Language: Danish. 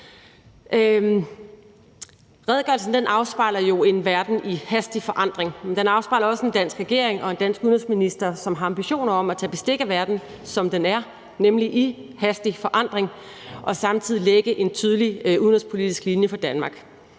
Redegørelsen afspejler en verden i hastig forandring, men den afspejler også en dansk regering og en dansk udenrigsminister, som har ambitioner om at tage bestik af verden, som den er, nemlig i hastig forandring, og samtidig lægge en tydelig udenrigspolitisk linje for Danmark.